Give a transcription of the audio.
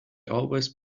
always